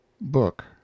book